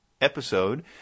episode